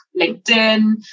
linkedin